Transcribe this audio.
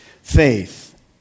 faith